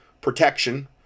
protection